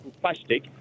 plastic